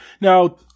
Now